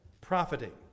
Profiting